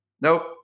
nope